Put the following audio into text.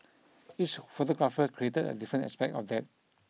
each photographer created a different aspect of that